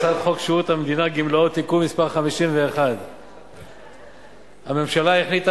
הצעת חוק שירות המדינה (גמלאות) (תיקון מס' 52). הממשלה החליטה